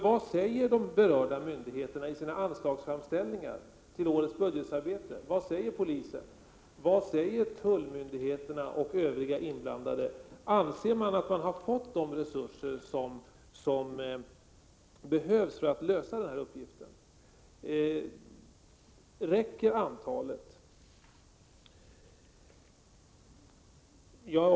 Vad säger de berörda myndigheterna i sina anslagsframställningar till årets budget? Vad säger polisen, tullmyndigheterna och övriga inblandade? Anser man att man har fått de resurser som behövs för att lösa denna uppgift? Räcker t.ex. antalet poliser?